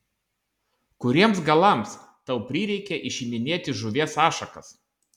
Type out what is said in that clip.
kuriems galams tau prireikė išiminėti žuvies ašakas